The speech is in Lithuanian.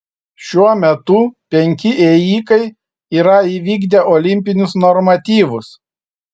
šiuo metu penki ėjikai yra įvykdę olimpinius normatyvus